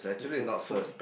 it's a food